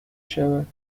شود